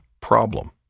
problem